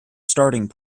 starting